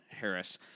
Harris –